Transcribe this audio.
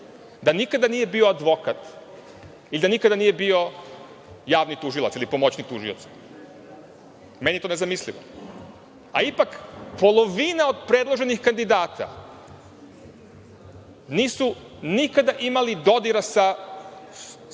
da nikada nije bio advokat i da nikada nije bio javni tužilac ili pomoćnik tužioca. Meni je to nezamislivo. A ipak, polovina od predloženih kandidata nisu nikada imali dodira sa pravnom